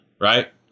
right